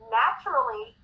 naturally